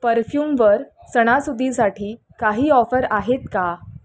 परफ्यूमवर सणासुदीसाठी काही ऑफर आहेत का